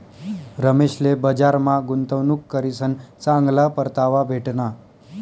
रमेशले बजारमा गुंतवणूक करीसन चांगला परतावा भेटना